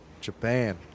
Japan